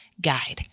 guide